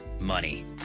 money